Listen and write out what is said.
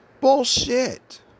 Bullshit